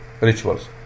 rituals